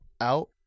out